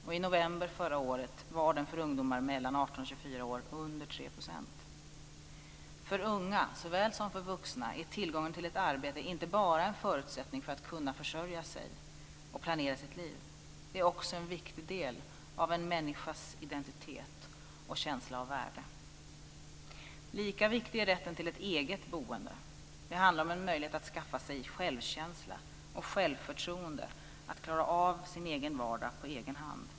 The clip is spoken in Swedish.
Och i november förra året var den för ungdomar mellan 18 För unga såväl som för vuxna är tillgången till ett arbete inte bara en förutsättning för att kunna försörja sig och planera sitt liv. Det är också en viktig del av en människas identitet och känsla av värde. Lika viktig är rätten till ett eget boende. Det handlar om en möjlighet att skaffa sig självkänsla och självförtroende att klara av sin egen vardag på egen hand.